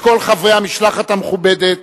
וכל חברי המשלחת המכובדת,